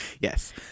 Yes